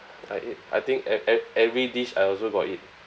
I ate I think e~ e~ every dish I also got eat